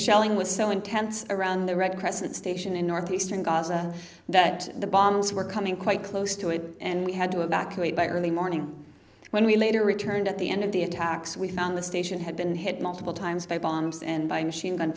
shelling was so intense around the red crescent station in northeastern gaza that the bombs were coming quite close to it and we had to evacuate by early morning when we later returned at the end of the attacks we found the station had been hit multiple times by bombs and by machine gun